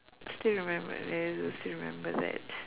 still remember yes still remember that